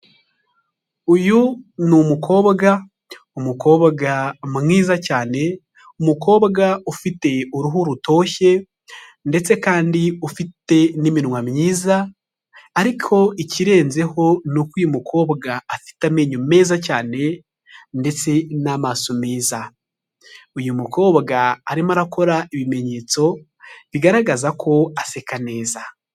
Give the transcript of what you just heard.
Uyu ni umukobwa, umukobwa mwiza cyane, umukobwa ufite uruhu rutoshye ndetse kandi ufite n'iminwa myiza, ariko ikirenzeho ni uko uyu mukobwa afite amenyo meza cyane ndetse n'amaso meza, uyu mukobwa arimo arakora ibimenyetso bigaragaza ko aseka neza.